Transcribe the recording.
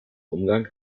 umgang